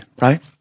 right